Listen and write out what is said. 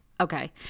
okay